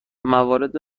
مواد